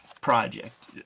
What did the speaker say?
project